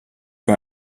bei